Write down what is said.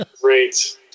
Great